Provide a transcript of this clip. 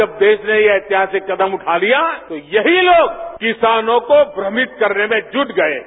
जब देश ने यह ऐतिहासिक कदम उठा लिया तो यही लोग किसानों को भ्रमित करने में जुट गये हैं